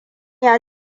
ya